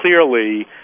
clearly